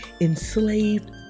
enslaved